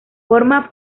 forma